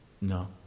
No